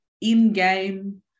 in-game